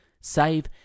save